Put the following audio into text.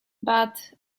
but